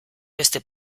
beste